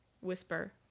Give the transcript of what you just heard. whisper